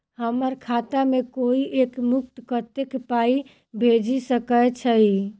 हम्मर खाता मे कोइ एक मुस्त कत्तेक पाई भेजि सकय छई?